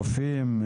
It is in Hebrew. רופאים,